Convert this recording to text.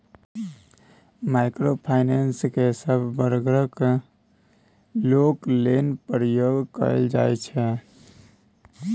micro finance केँ सब बर्गक लोक लेल प्रयोग कएल जाइ छै